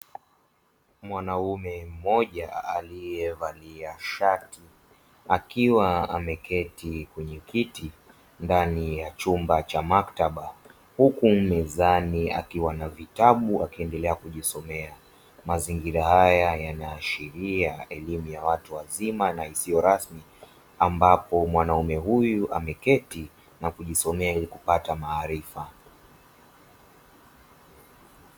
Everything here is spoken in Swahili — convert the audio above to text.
Mwanaume mmoja alievalia shati, akiwa ameketi kwenye kiti ndani ya chumba cha maktaba huku mezani akiwa na vitabu akiendelea kujisomea, mazingira haya yanaashiria elimu ya watu wazima na isiyo rasmi, ambapo mwanaume huyu ameketi na kujisomea ili kupata maarifa.